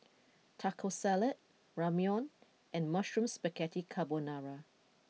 Taco Salad Ramyeon and Mushroom Spaghetti Carbonara